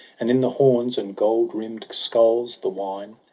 and in the horns and gold-rimm'd sculls the wine.